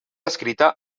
escrita